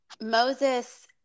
Moses